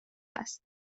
است